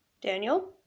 Daniel